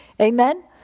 Amen